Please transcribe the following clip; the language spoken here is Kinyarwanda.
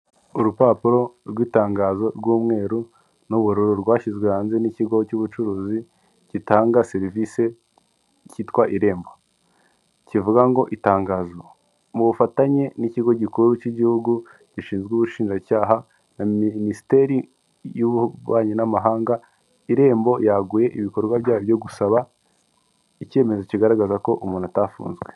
Urupapuro rw'itangazo rw'umweru n'ubururo rwashyizwe hanze n'ikigo cy'ubucuruzi gitanga serivisi cyitwa irembo kivuga ngo itangazo mu bufatanye n'ikigo gikuru cy'igihugu gishinzwe ubushinjacyaha na minisiteri y'ububanyi n'amahanga irembo yaguye ibikorwa byabyo gusaba icyemezo kigaragaza ko umuntu atafunzwe.